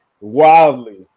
wildly